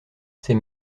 ces